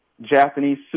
Japanese